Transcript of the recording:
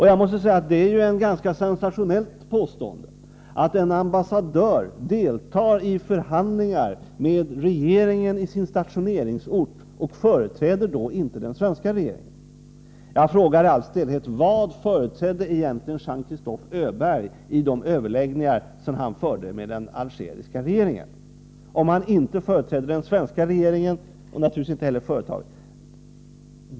Jag måste säga att det är ett ganska sensationellt påstående att en ambassadör deltar i förhandlingar med regeringen på sin stationeringsort och då inte företräder den svenska regeringen. Jag frågar i all stillhet: Vad företrädde egentligen Jean-Christophe Öberg i de överläggningar som han förde med den algeriska regeringen, om han inte företrädde den svenska regeringen och naturligtvis inte heller företaget?